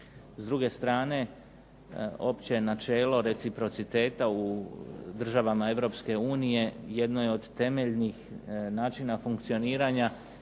S druge strane, opće načelo reciprociteta u državama Europske unije jedno je od temeljnih načina funkcioniranja